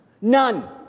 None